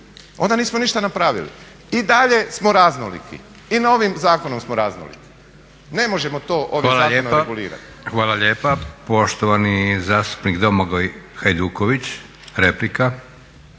onda nismo ništa napravili. I dalje smo raznoliki i novim zakonom smo raznoliki. Ne možemo to ovim zakonom regulirati. **Leko, Josip (SDP)** Hvala lijepa. Poštovani zastupnik Domagoj Hajduković, replika.